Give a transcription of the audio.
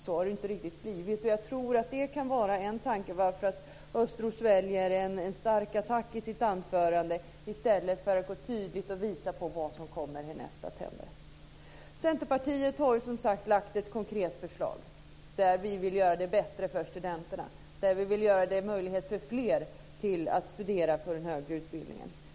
Så har det ju inte riktigt blivit, och jag tror att det kan vara en förklaring till varför Östros väljer en stark attack i sitt anförande i stället för att gå tydligt fram och visa vad som kommer att hända härnäst. Centerpartiet har som sagt lagt fram ett konkret förslag där vi vill göra det bättre för studenterna och göra det möjligt för fler att studera i den högre utbildningen.